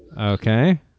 Okay